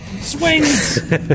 swings